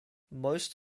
most